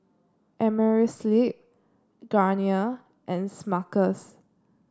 Amerisleep Garnier and Smuckers